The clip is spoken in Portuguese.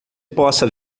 possa